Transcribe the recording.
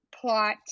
plot